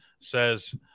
says